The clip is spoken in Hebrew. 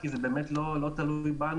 כי זה באמת לא תלוי בנו.